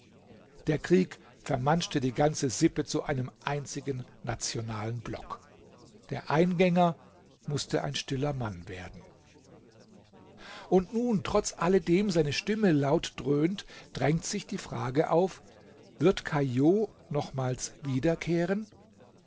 der krieg vermanschte die ganze sippe zu einem einzigen nationalen block der eingänger mußte ein stiller mann werden und nun trotz alledem seine stimme laut dröhnt drängt sich die frage auf wird caillaux nochmals wiederkehren